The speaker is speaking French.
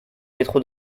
métro